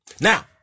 Now